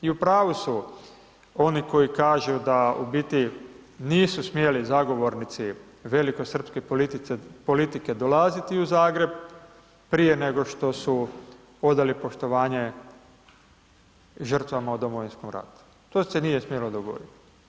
I u pravu su oni koji kažu da u biti nisu smjeli zagovornici velikosrpske politike dolaziti u Zagreb prije nego li su odali poštovanje žrtvama u Domovinskom ratu, to se nije smjelo dogodit.